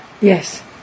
Yes